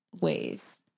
ways